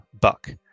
buck